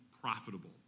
profitable